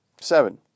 Seven